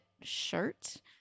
shirt